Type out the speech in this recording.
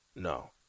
No